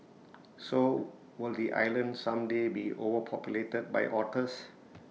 so will the island someday be overpopulated by otters